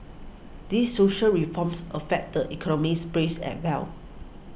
these social reforms affect the economies braise as well